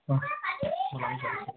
হ্যাঁ